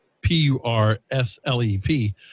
P-U-R-S-L-E-P